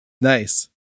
nice